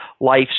life